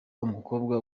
umukobwa